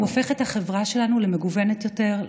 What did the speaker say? הוא הופך את החברה שלנו למגוונת יותר,